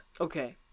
Okay